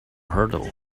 hurdle